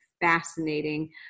fascinating